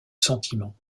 sentiment